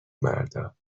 مردا